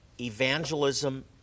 evangelism